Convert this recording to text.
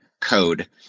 code